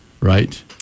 right